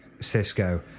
Cisco